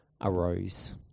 arose